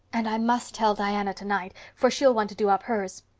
and i must tell diana tonight, for she'll want to do up hers.